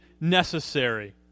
necessary